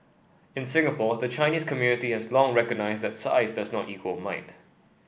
in Singapore the Chinese community has long recognised that size does not equal might